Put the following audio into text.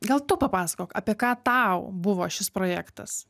gal tu papasakok apie ką tau buvo šis projektas